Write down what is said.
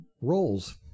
roles